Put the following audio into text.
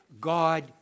God